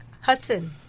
Hudson